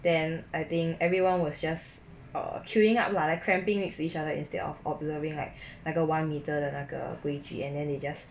then I think everyone was just err queueing up lah like cramping next to each other instead of observing like 那个 one meter 的那个规矩 and then they just